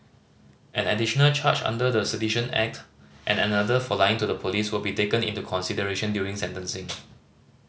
an additional charge under the Sedition Act and another for lying to the police will be taken into consideration during sentencing